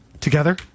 Together